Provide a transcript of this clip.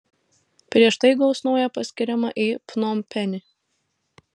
prieš tai gaus naują paskyrimą į pnompenį